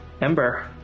Ember